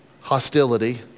hostility